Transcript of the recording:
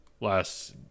Last